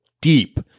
deep